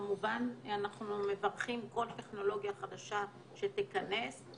כמובן אנחנו מברכים כל טכנולוגיה חדשה שתיכנס,